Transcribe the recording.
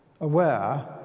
aware